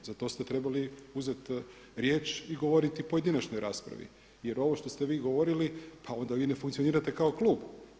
Za to ste trebali uzeti riječ i govoriti u pojedinačnoj raspravi, jer ovo što ste vi govorili pa onda vi ne funkcionirate kao klub.